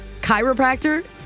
chiropractor